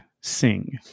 sing